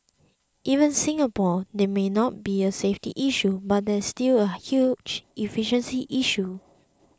even Singapore there may not be a safety issue but there is still a huge efficiency issue